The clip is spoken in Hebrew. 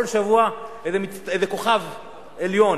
כל שבוע איזה כוכב עליון,